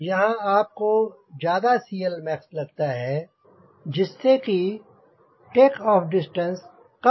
यहांँ आपको और ज्यादा CLmax लगता है जिससे कि टेक ऑफ डिस्टेंस कम हो